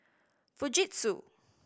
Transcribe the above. fujitsu